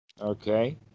okay